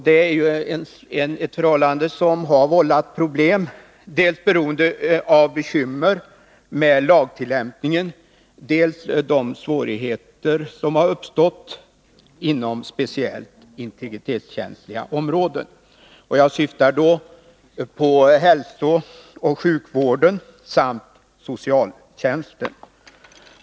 Det är ett förhållande som har vållat problem, dels beroende av bekymmer med lagtillämpningen, dels beroende av de svårigheter som har uppstått inom speciellt integritetskänsliga områden. Jag syftar då på hälsooch sjukvården samt socialtjänsten.